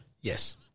yes